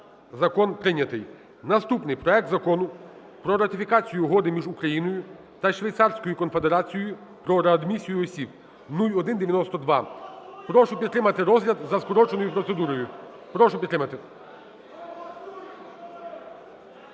Закон прийнятий. Наступний проект Закону про ратифікацію Угоди між Україною та Швейцарською Конфедерацією про реадмісію осіб (0192). Прошу підтримати розгляд за скороченою процедурою. Прошу підтримати.